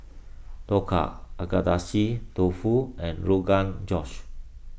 Dhokla Agedashi Dofu and Rogan Josh